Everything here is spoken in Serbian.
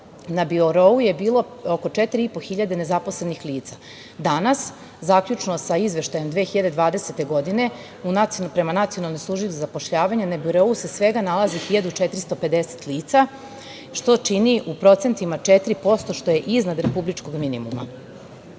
na birou je bilo oko 4.500 nezaposlenih lica. Danas, zaključno sa izveštajem 2020. godine, prema Nacionalnoj službi za zapošljavanje, na birou se svega nalazi 1.450 lica, što čini u procentima 4%, što je iznad republičkog minimuma. Svakako